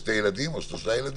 ושני ילדים, או שלושה ילדים,